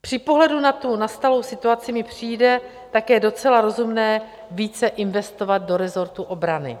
Při pohledu na tu nastalou situaci mi přijde také docela rozumné více investovat do resortu obrany.